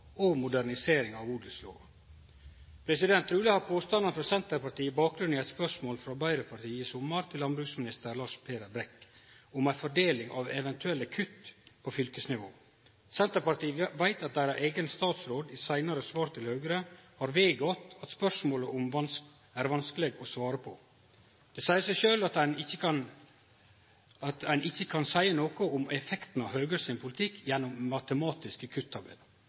og ei modernisering av odelslova. Truleg har påstandane frå Senterpartiet bakgrunn i eit spørsmål frå Arbeidarpartiet i sommar til landbruksminister Lars Peder Brekk om ei fordeling av eventuelle kutt på fylkesnivå. Senterpartiet veit at deira eigen statsråd i seinare svar til Høgre har vedgått at spørsmålet er vanskeleg å svare på. Det seier seg sjølv at ein ikkje kan seie noko om effektane av Høgre sin politikk gjennom ein matematisk kutt-tabell. Det er svært usakleg å ta ein del av eit parti sin politikk,